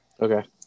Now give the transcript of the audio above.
Okay